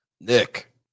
Nick